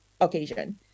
occasion